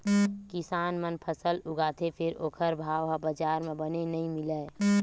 किसान मन फसल उगाथे फेर ओखर भाव ह बजार म बने नइ मिलय